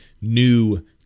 new